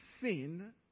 sin